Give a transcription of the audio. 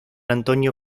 antonio